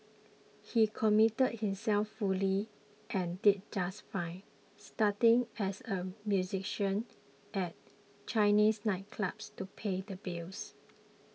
he committed himself fully and did just fine starting as a musician at Chinese nightclubs to pay the bills